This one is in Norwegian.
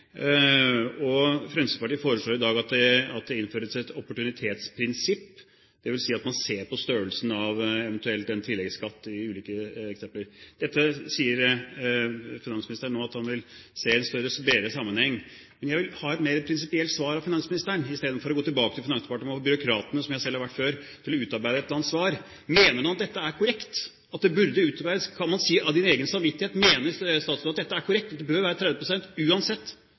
Fremskrittspartiet foreslår i dag at det innføres et opportunitetsprinsipp, dvs. at man ser på størrelsen av en eventuell tilleggsskatt i ulike eksempler. Dette sier finansministeren at han vil se på i en bredere sammenheng. Men jeg vil ha et mer prinsipielt svar av finansministeren – i stedet for å gå tilbake til Finansdepartementet og byråkratene, som jeg selv har vært før, og få dem til å utarbeide et eller annet svar: Mener han at dette er korrekt, ut fra hans egen samvittighet? Mener han det er korrekt at det bør være 30 pst. uansett,